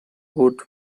would